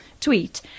tweet